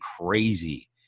crazy